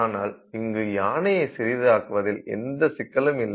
ஆனால் இங்கு யானையை சிறிதாக்குவதில் எந்த சிக்கலும் இல்லை